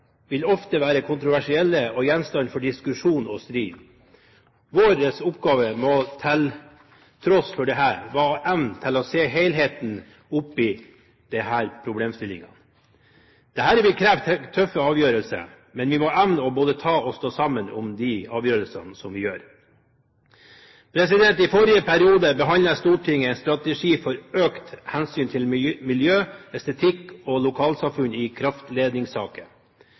vil ofte være kontroversielle og gjenstand for diskusjon og strid. Vår oppgave må være å evne å se helheten i denne problemstillingen. Dette vil kreve tøffe avgjørelser, men vi må evne både å ta og stå sammen om disse avgjørelsene. I forrige periode behandlet Stortinget en strategi for økt hensyn til miljø, estetikk og lokalsamfunn i kraftledningssaker.